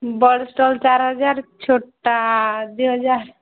ବଡ଼ ଷ୍ଟଲ୍ ଚାଏର୍ ହଜାର୍ ଛୋଟ୍ଟା ଦୁଇ ହଜାର୍